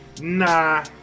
Nah